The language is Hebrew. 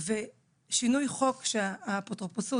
ושינוי חוק האפוטרופסות,